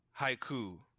Haiku